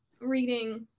reading